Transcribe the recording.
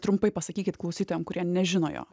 trumpai pasakykit klausytojam kurie nežino jo